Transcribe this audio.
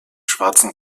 schwarzen